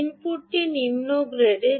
ইনপুটটি নিম্ন গ্রেডের